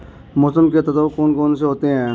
मौसम के तत्व कौन कौन से होते हैं?